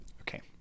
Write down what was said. okay